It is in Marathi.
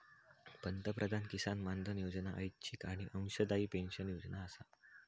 पंतप्रधान किसान मानधन योजना ऐच्छिक आणि अंशदायी पेन्शन योजना आसा